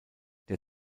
der